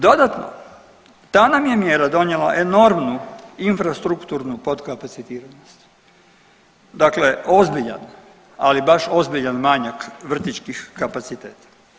Dodatno, ta nam je mjera donijela enormnu infrastrukturnu potkapacitiranost, dakle ozbiljan, ali baš ozbiljan manjak vrtićkih kapaciteta.